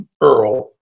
Earl